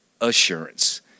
assurance